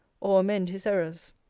or amend his errors.